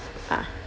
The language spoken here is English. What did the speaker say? ah